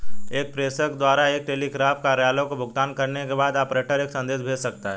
एक प्रेषक द्वारा एक टेलीग्राफ कार्यालय को भुगतान करने के बाद, ऑपरेटर एक संदेश भेज सकता है